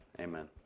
Amen